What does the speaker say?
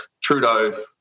Trudeau